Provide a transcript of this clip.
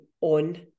on